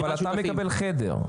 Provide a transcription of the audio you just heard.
אבל אתה מקבל חדר.